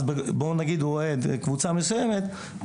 אם הוא אוהד קבוצה מסוימת,